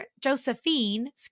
Josephine